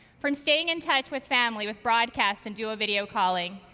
from staying in touch with family with broadcast and dual video calling,